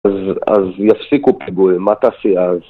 אז יפסיקו פיגועים, מה תעשי אז?